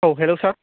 औ हेल्ल' सार